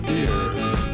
ears